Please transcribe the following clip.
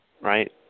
right